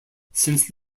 since